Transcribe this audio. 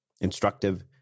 instructive